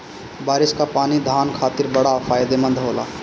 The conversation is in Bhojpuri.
बारिस कअ पानी धान खातिर बड़ा फायदेमंद होला